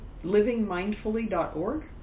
LivingMindfully.org